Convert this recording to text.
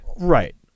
Right